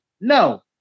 No